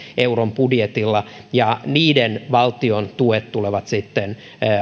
euron budjetilla ja niiden valtion tuet tulevat sitten